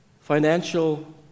financial